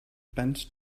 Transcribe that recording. bent